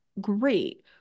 great